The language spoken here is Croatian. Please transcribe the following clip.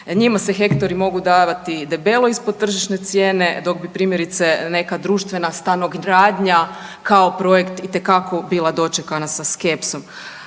njima se hektari mogu davati debelo ispod tržišne cijene dok bi primjerice neka društvena stanogradnja kao projekt itekako bila dočekana sa skepsom.